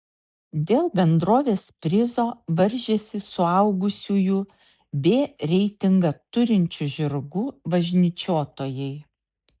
dėl bendrovės prizo varžėsi suaugusiųjų b reitingą turinčių žirgų važnyčiotojai